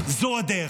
זו הדרך.